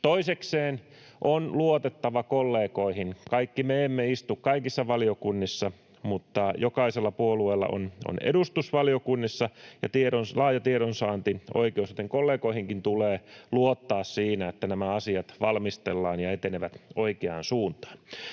Toisekseen on luotettava kollegoihin. Kaikki me emme istu kaikissa valiokunnissa, mutta jokaisella puolueella on edustus valiokunnissa ja laaja tiedonsaantioikeus, joten kollegoihinkin tulee luottaa siinä, että nämä asiat valmistellaan ja etenevät oikeaan suuntaan.